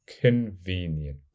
convenient